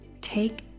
Take